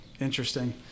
Interesting